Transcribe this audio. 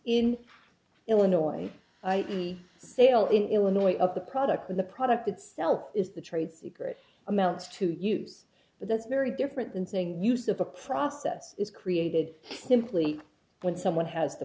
in illinois the sale in illinois of the product of the product itself is the trade secret amounts to use but that's very different than saying use of a process is created simply when someone has the